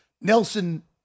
Nelson